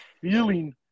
feeling